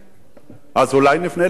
אז אולי נפנה לממשלה אחרת.